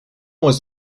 was